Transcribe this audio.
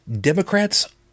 Democrats